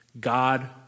God